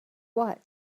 what